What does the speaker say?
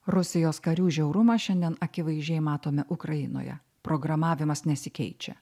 rusijos karių žiaurumą šiandien akivaizdžiai matome ukrainoje programavimas nesikeičia